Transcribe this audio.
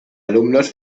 alumnos